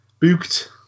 Booked